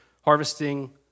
harvesting